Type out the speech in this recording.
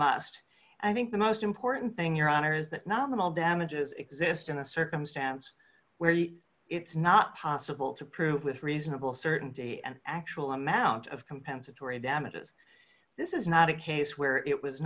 must i think the most important thing your honor is that nominal damages exist in a circumstance where it's not possible to prove with reasonable certainty an actual amount of compensatory damages this is not a case where it was